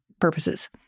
purposes